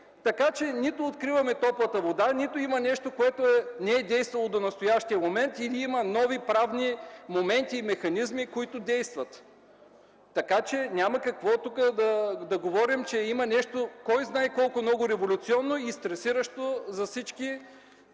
Така че нито откриваме топлата вода, нито има нещо, което не е действало до настоящия момент или има нови правни моменти и механизми, които действат. Така че няма какво да говорим, че тук има нещо кой знае колко революционно и стресиращо.